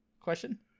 question